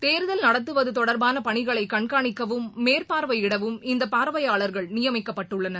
தேர்தல் நடத்துவத்தொடர்பாளபணிகளைகண்காணிக்கவும் மேற்பார்வையிடவும் இந்தபார்வையாளர்கள் நியமிக்கப்பட்டுள்ளனர்